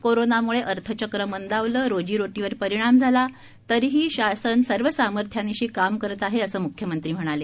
कोरोनाम्ळे अर्थचक्र मंदावलं रोजी रोटीवर परिणाम झाला तरीही शासन सर्व सामर्थ्यानिशी काम करत आहे असं मुख्यमंत्री म्हणाले